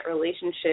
relationship